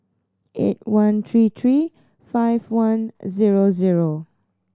eight one three three five one zero zero